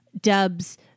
Dub's